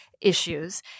issues